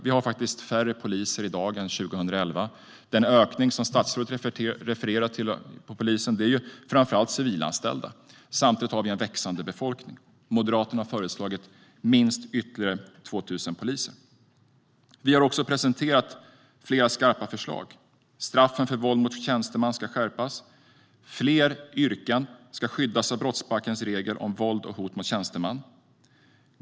Vi har faktiskt färre poliser i dag än 2011; den ökning inom polisen statsrådet refererar till gäller framför allt civilanställda. Samtidigt har vi en växande befolkning. Moderaterna har föreslagit ytterligare minst 2 000 poliser. Vi har också presenterat flera skarpa förslag. Till exempel ska straffen för våld mot tjänsteman skärpas. Fler yrken ska skyddas av brottsbalkens regler om våld och hot mot tjänsteman.